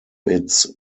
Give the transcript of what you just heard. its